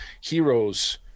heroes